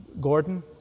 Gordon